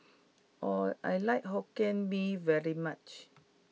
I like hokkien Mee very much